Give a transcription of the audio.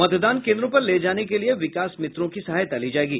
मतदान केन्द्रों पर ले जाने के लिए विकास मित्रों की सहायता ली जायेगी